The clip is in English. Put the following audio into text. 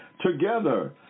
together